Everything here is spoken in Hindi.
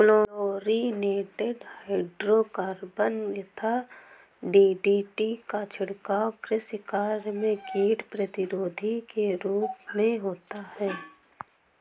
क्लोरिनेटेड हाइड्रोकार्बन यथा डी.डी.टी का छिड़काव कृषि कार्य में कीट प्रतिरोधी के रूप में होता है